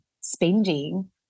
spending